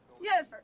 Yes